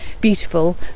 beautiful